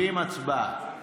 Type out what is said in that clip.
70, הצבעה.